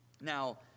Now